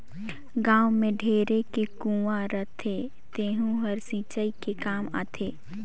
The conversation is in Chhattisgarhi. गाँव में ढेरे के कुँआ रहथे तेहूं हर सिंचई के काम आथे